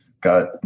got